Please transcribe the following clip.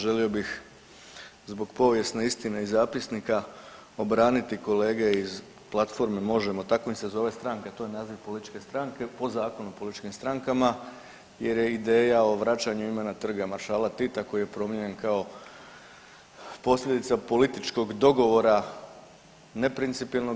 Želio bih zbog povijesne istine i zapisnika obraniti kolege iz platforme „Možemo“, tako im se zove stranka, to je naziv političke stranke po Zakonu o političkim strankama jer je ideja o vraćanju imena trga maršala Tita koji je promijenjen kao posljedica političkog dogovora neprincipijelnog.